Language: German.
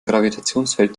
gravitationsfeld